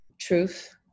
truth